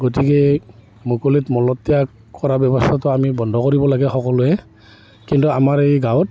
গতিকে মুকলিত মলত্যাগ কৰা ব্যৱস্থাটো আমি বন্ধ কৰিব লাগে সকলোৱে কিন্তু আমাৰ এই গাঁৱত